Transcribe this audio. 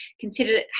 consider